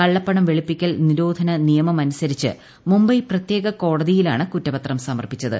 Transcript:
കള്ളപ്പണം വെളുപ്പിക്കൽ നിരോധന നിയമമനുസരിച്ച് മുംബൈ പ്രത്യേക കോടതിയിലാണ് കുറ്റപത്രം സമർപ്പിച്ചത്